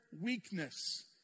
weakness